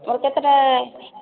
ତୋର କେତେଟା